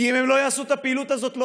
כי אם הם לא יעשו את הפעילות הזאת לא